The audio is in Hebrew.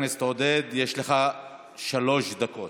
חבר הכנסת עודד, יש לך שלוש דקות,